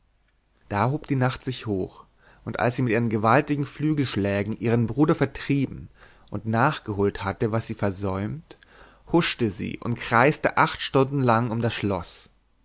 da hob die nacht sich hoch und als sie mit gewaltigen flügelschlägen ihren bruder vertrieben und nachgeholt hatte was sie versäumt huschte sie und kreiste sie acht stunden lang um das schloß